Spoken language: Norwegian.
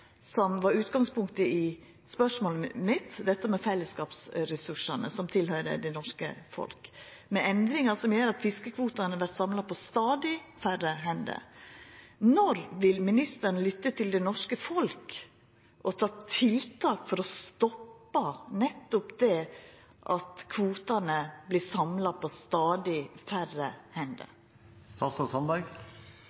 som var utgangspunktet i spørsmålet mitt – fellesskapsressursane som tilhøyrer det norske folk, endringar som gjer at fiskekvotane vert samla på stadig færre hender. Når vil ministeren lytta til det norske folk og setja i verk tiltak for å stoppa nettopp det at kvotane vert samla på stadig færre hender?